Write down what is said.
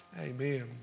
amen